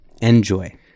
enjoy